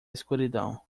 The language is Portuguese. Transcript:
escuridão